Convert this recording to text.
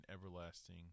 everlasting